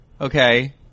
okay